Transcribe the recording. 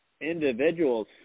individuals